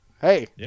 hey